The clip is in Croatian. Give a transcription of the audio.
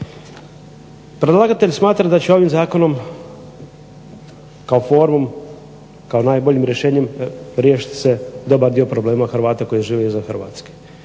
Predlagatelj smatra da će ovim zakonom kao formom, kao najboljim rješenjem riješiti se dobar dio problema HRvata koji žive izvan Hrvatske.